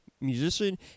musician